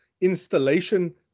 installation